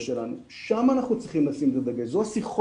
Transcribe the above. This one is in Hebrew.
שם אנחנו צריכים לשים את הדגש.